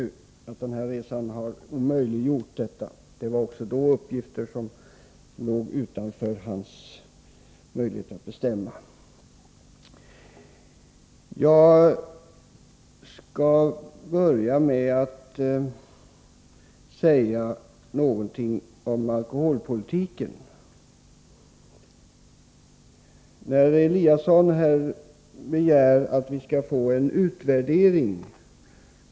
Hans resa har alltså omöjliggjort detta. Även förra gången rörde det sig om uppgifter som han inte kunde bestämma över. Jag skall börja med att tala om alkoholpolitiken. Ingemar Eliasson begärde en utvärdering.